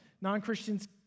non-Christians